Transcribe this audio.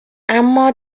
اما